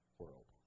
world